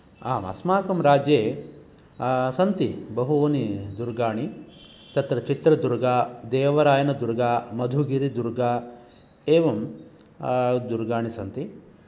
आम् अस्माकम् राज्ये सन्ति बहूनि दुर्गाणि तत्र चित्रदूर्ग देवरायनदुर्ग मधुगिरिदुर्ग एवं दुर्गाणि सन्ति